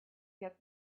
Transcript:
get